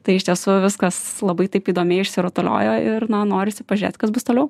tai iš tiesų viskas labai taip įdomiai išsirutuliojo ir na norisi pažiūrėt kas bus toliau